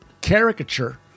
caricature